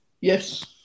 yes